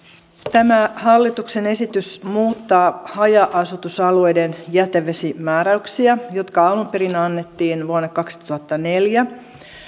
tämä hallituksen esitys muuttaa haja asutusalueiden jätevesimääräyksiä jotka alun perin annettiin vuonna kaksituhattaneljä